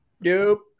Nope